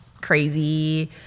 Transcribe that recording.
crazy